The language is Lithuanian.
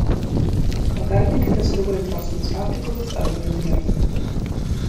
pagardinkite sriubą aitriosiomis paprikomis arba imbieru